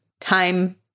time